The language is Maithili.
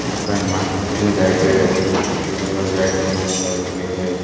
नहि कहीँ मार्केटमे जाइके इधर उधर जाइके मन नहि करैत रहैत हइ